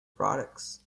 products